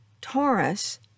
Taurus